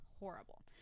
Horrible